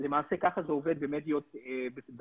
למעשה ככה זה עובד במדיות שלנו